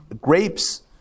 grapes